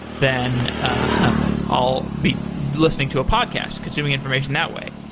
then ah i'll be listening to a podcast, consuming information that way.